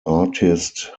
artist